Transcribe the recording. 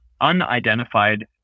unidentified